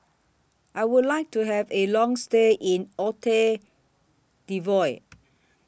I Would like to Have A Long stay in